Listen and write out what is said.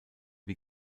wie